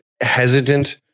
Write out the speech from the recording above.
hesitant